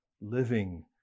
living